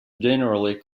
generally